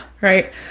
right